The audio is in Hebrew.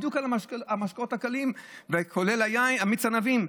בדיוק על המשקאות הקלים, כולל מיץ ענבים?